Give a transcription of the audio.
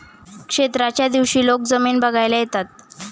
क्षेत्राच्या दिवशी लोक जमीन बघायला येतात